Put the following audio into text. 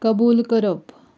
कबूल करप